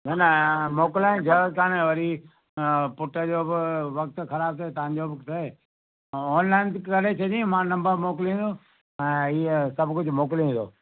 न न मोकिलण जी जरूअत कोन्हे वरी पुटु जो बि वक्तु ख़राब थिए तव्हांजो बि थिए ऑनलाइन करे छॾजईं मां नम्बर मोकिलींदसि ऐ हीअ सभु कुझु मोकिलियईं थो